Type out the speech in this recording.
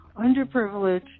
underprivileged